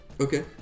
Okay